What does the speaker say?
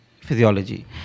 physiology